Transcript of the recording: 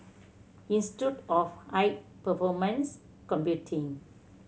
Institute of High Performance Computing